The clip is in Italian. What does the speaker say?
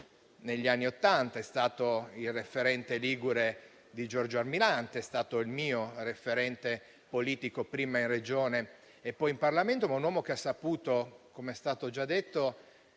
Negli anni Ottanta è stato il referente ligure di Giorgio Almirante; è stato anche il mio referente politico, prima in Regione e poi in Parlamento. È stato un uomo che, com'è stato già detto,